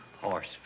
Horse